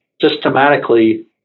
systematically